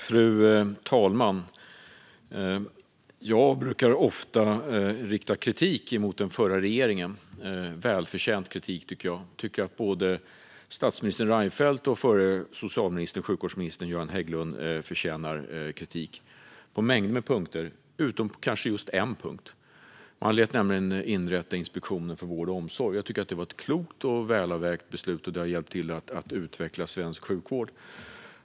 Fru talman! Jag brukar ofta rikta kritik mot den förra regeringen - välförtjänt kritik, tycker jag. Jag tycker att både förre statsministern Reinfeldt och förre social och sjukvårdsministern Göran Hägglund förtjänar kritik på mängder av punkter, men kanske inte på just en punkt: Man lät nämligen inrätta Inspektionen för vård och omsorg. Jag tycker att det var ett klokt och välavvägt beslut som har hjälpt till att utveckla svensk sjukvård.